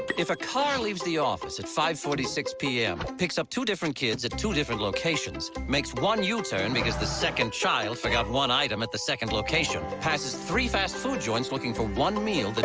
if a car leaves the office. at five forty six pm. picks up two different kids at two different locations. makes one yeah u-turn because the second child forgot one item at the second location. passes three fast food joints looking for one meal.